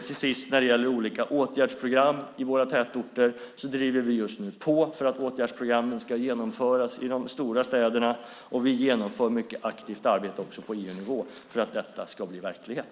Till sist när det gäller olika åtgärdsprogram i våra tätorter driver vi just nu på för att åtgärdsprogrammen ska genomföras i de stora städerna, och vi genomför också ett mycket aktivt arbete på EU-nivå för att detta ska bli verklighet.